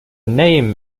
name